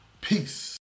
Peace